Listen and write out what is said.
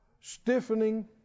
Stiffening